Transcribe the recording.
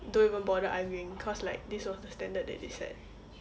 don't even bother arguing cause like this was the standard that they set